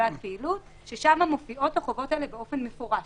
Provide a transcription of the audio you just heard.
ששם מופיעות החובות האלה באופן מפורש.